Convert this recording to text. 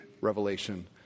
revelation